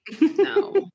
no